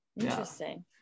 interesting